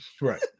Right